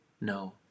No